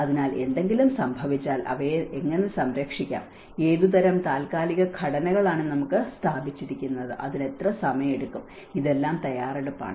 അതിനാൽ എന്തെങ്കിലും സംഭവിച്ചാൽ അവയെ എങ്ങനെ സംരക്ഷിക്കാം ഏതുതരം താത്കാലിക ഘടനകളാണ് നമുക്ക് സ്ഥാപിച്ചിരിക്കുന്നത് അതിന് എത്ര സമയമെടുക്കും ഇതെല്ലാം തയ്യാറെടുപ്പാണ്